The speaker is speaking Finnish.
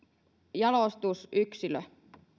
jalostusyksilö